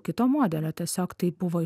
kito modelio tiesiog tai buvo